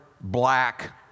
black